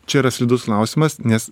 čia yra slidus klausimas nes